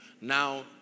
Now